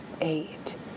eight